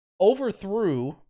overthrew